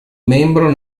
membro